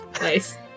Nice